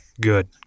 good